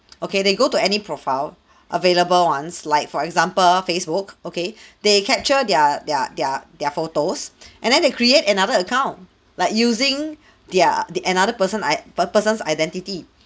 okay they go to any profile available ones like for example facebook okay they capture their their their their photos and then they create another account like using their the another person I per person's identity